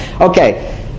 Okay